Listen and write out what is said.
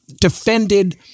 defended